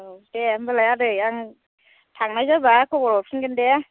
औ दे होम्बालाय आदै आं थांनाय जाबा खबर हरफिनगोन दे